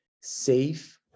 safe